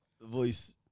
voice